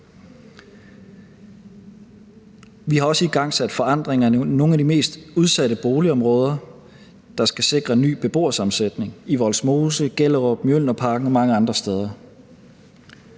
Vi har også igangsat forandringer i nogle af de mest udsatte boligområder, der skal sikre en ny beboersammensætning i Vollsmose, i Gellerup, i Mjølnerparken og mange andre steder.